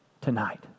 tonight